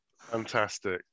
Fantastic